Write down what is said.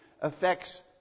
affects